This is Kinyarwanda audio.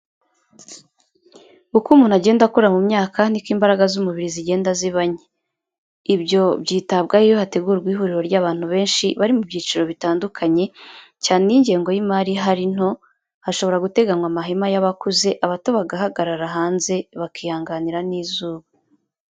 Uko umuntu agenda akura mu myaka niko n'imbaraga z'umubiri zigenda ziba nke, ibyo byitabwaho iyo hategurwa ihuriro ry'abantu benshi, bari mu byiciro bitandukanye, cyane iyo ingengo y'imari ihari nto; hashobora guteganywa amahema y'abakuze, abato bagahagarara hanze bakihanganira n'izuba.